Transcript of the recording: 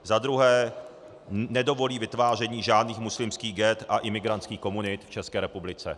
Za druhé nedovolí vytváření žádných muslimských ghett a imigrantských komunit v České republice.